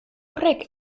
horrek